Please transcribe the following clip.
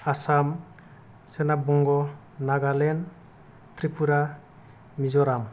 आसाम सोनाब बंग' नागालेण्ड त्रिफुरा मिज'राम